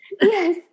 yes